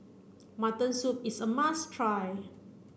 mutton soup is a must try